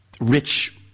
rich